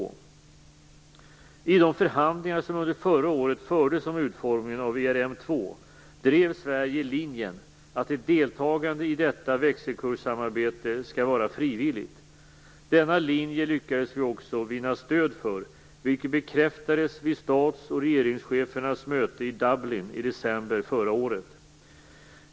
I de förhandlingar som under förra året fördes om utformningen av ERM2 drev Sverige linjen att ett deltagande i detta växelkurssamarbete skall vara frivilligt. Denna linje lyckades vi också vinna stöd för, vilket bekräftades vid stats och regeringschefernas möte i Dublin i december förra året.